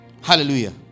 hallelujah